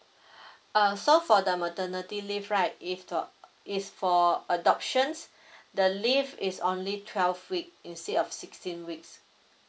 uh so for the maternity leave right if to is for adoptions the leave is only twelve week instead of sixteen weeks